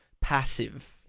passive